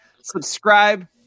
subscribe